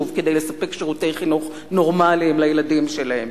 כדי לספק שירותי חינוך נורמליים לילדים שלהם.